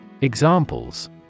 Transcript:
Examples